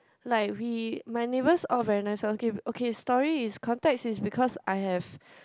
like we my neighbours all very nice one okay okay story is contact is because I have